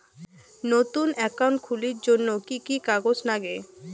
নতুন একাউন্ট খুলির জন্যে কি কি কাগজ নাগে?